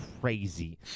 crazy